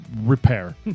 repair